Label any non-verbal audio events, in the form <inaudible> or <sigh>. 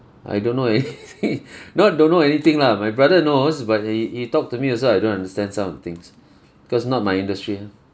I don't know anything <laughs> not don't know anything lah my brother knows but he he talk to me also I don't understand some of the things because not my industry ah